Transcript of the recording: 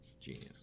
genius